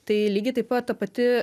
tai lygiai taip pat ta pati